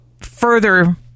further